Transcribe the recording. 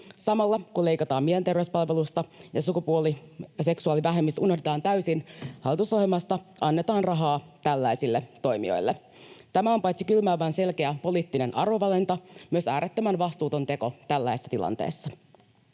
Samalla kun leikataan mielenterveyspalveluista ja sukupuoli- ja seksuaalivähemmistöt unohdetaan täysin, hallitusohjelmasta annetaan rahaa tällaisille toimijoille. Tämä on paitsi kylmäävän selkeä poliittinen arvovalinta myös äärettömän vastuuton teko tällaisessa tilanteessa.